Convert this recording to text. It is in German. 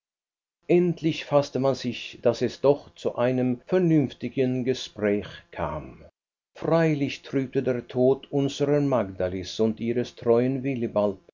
endlich faßte man sich daß es doch zu einem vernünftigen gespräch kam freilich trübte der tod unsrer magdalis und ihres treuen willibald